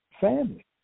family